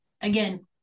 again